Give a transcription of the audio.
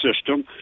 system